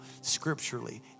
scripturally